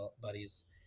buddies